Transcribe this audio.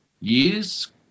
years